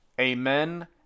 Amen